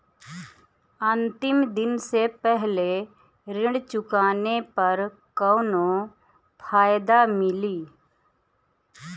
अंतिम दिन से पहले ऋण चुकाने पर कौनो फायदा मिली?